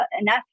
enough